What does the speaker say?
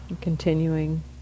Continuing